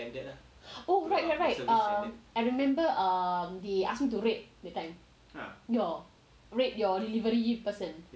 oh right right right ah I remember err they ask me to rate that time your rate your delivery person